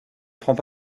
prends